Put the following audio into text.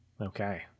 Okay